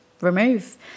remove